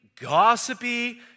gossipy